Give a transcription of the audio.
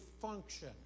function